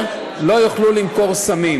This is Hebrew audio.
לא יוכלו למכור סמים.